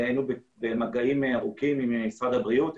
היינו במגעים ארוכים עם משרד הבריאות,